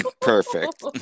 perfect